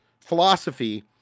philosophy